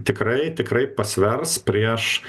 tikrai tikrai pasvers prieš